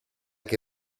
che